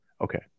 Okay